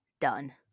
done